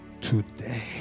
today